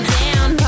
down